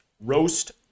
Roast